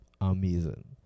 Amazing